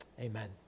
Amen